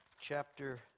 chapter